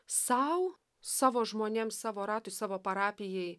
sau savo žmonėms savo ratui savo parapijai